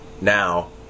now